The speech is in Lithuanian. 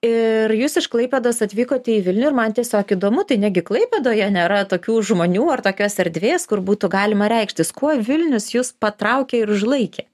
ir jūs iš klaipėdos atvykote į vilnių ir man tiesiog įdomu tai negi klaipėdoje nėra tokių žmonių ar tokios erdvės kur būtų galima reikštis kuo vilnius jus patraukė ir užlaikė